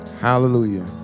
Hallelujah